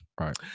right